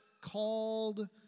called